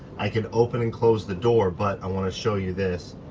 i can open and close the door, but i want to show you this.